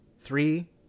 three